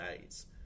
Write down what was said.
days